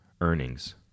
earnings